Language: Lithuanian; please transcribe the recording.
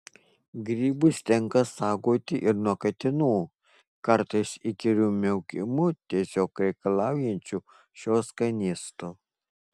grybus tenka saugoti ir nuo katinų kartais įkyriu miaukimu tiesiog reikalaujančių šio skanėsto